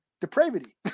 depravity